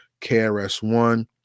KRS-One